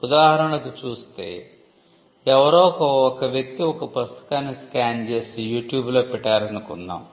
ఉదాహరణకు చూస్తే ఎవరో ఒక వ్యక్తి ఒక పుస్తకాన్ని స్కాన్ చేసి youtube లో పెట్టారనుకుందాం